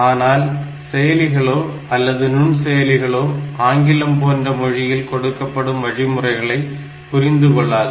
ஆனால் செயலிகளோ அல்லது நுண்செயலிகளோ ஆங்கிலம் போன்ற மொழியில் கொடுக்கப்படும் வழிமுறைகளை புரிந்து கொள்ளாது